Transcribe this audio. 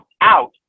out